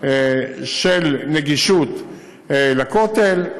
לנגישות לכותל.